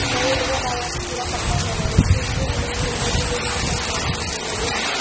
नहीं नहीं हमारे यहाँ तो पूरा पक्का घर है उसको इसलिए ना कुछ घूमने के लिए भी कुछ ऐसा जगह नहीं मिलती